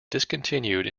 discontinued